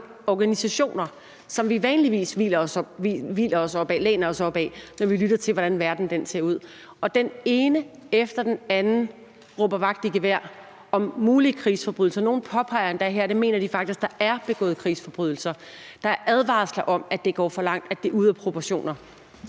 organisationer, som vi sædvanligvis læner os op ad, når vi lytter til, hvordan verden ser ud. Og den ene efter den anden råber vagt i gevær om mulige krigsforbrydelser; nogle påpeger endda her, at de faktisk mener, at der er begået krigsforbrydelser; der er advarsler om, at det er gået for langt, og at det er ude af proportioner.